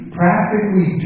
practically